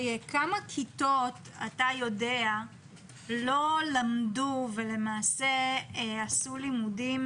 כמה כיתות אתה יודע לא למדו ולמעשה עשו לימודים